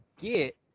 get